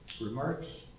Remarks